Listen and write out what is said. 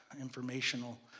informational